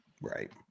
right